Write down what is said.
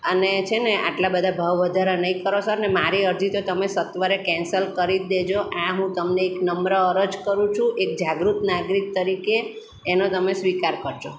અને છે ને આટલા બધા ભાવ વધારા નહીં કરો સર ને મારી અરજી તો તમે સત્વરે કેન્સલ કરી જ દેજો આ હું તમને એક નમ્ર અરજ કરું છું એક જાગૃત નાગરિક તરીકે એનો તમે સ્વીકાર કરજો